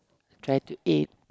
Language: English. try to eat